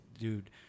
dude